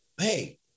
Hey